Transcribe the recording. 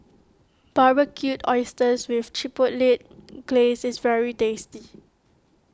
Barbecued Oysters with Chipotle Glaze is very tasty